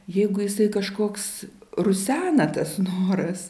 jeigu jisai kažkoks rusena tas noras